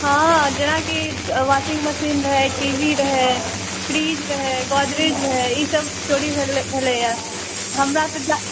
हँ जेनाकि washing machine रहै टी वी रहै फ्रिज रहै गोदरेज रहै ई सब चोरी भेलै यऽ हमरा सँ